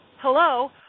hello